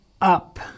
up